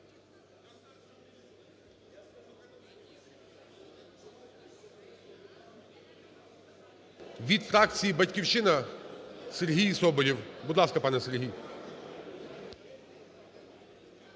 Від фракції "Батьківщина" – Сергій Соболєв. Будь ласка, пане Сергію.